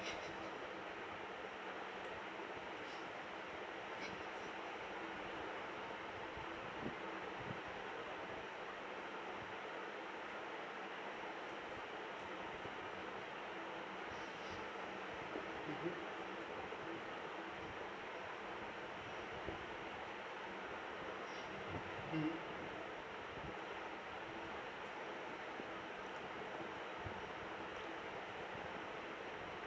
mmhmm